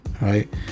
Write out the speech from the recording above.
right